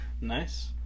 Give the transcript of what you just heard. Nice